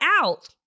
out